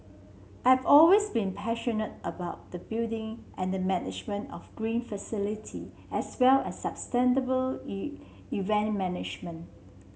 I have always been passionate about the building and the management of green facility as well as sustainable event management